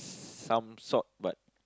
some sort but